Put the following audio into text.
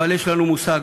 אבל יש לנו מושג,